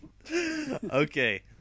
Okay